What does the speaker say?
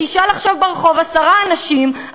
תשאל עכשיו ברחוב עשרה אנשים,